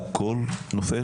הכול נופל?